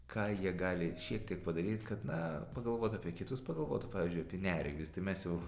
ką jie gali šiek tiek padaryt kad na pagalvotų apie kitus pagalvotų pavyzdžiui apie neregius tai mes jau